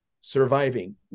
surviving